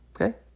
Okay